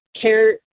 care